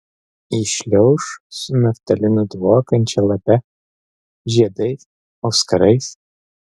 įšliauš su naftalinu dvokiančia lape žiedais auskarais